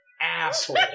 asshole